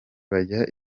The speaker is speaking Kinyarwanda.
bajya